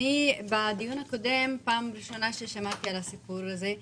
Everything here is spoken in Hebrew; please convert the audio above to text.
בדיון הקודם שמעתי בפעם הראשונה על הסיפור הזה.